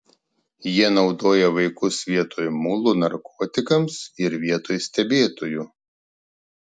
jie naudoja vaikus vietoj mulų narkotikams ir vietoj stebėtojų